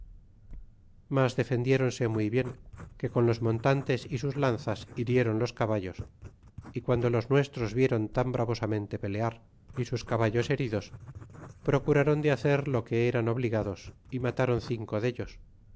mas defendiéronse muy bien que con los montantes y sus lanzas hirieron los caballos y cuando los nuestros vieron tan bravosamente pelear y sus caballos heridos procurron de hacer lo que eran obligados y matron cinco dellos